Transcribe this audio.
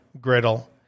griddle